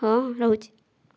ହଁ ହଁ ରହୁଛି